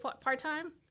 part-time